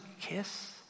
kiss